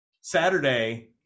Saturday